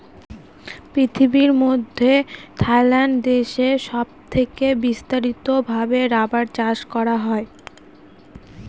পৃথিবীর মধ্যে থাইল্যান্ড দেশে সব থেকে বিস্তারিত ভাবে রাবার চাষ করা হয়